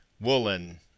Woolen